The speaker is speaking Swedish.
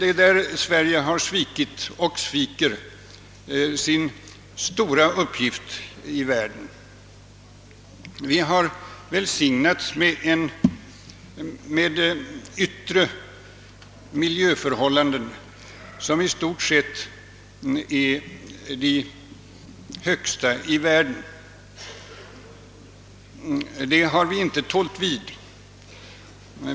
Här har Sverige svikit och sviker fortfarande sin stora uppgift i världen. Vi har välsignats med yttre miljöförhållanden som i stort sett är de bästa i världen. Det har vi inte tålt vid.